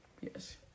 Yes